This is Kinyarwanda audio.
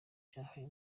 cyahaye